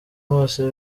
bose